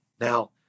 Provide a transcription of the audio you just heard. Now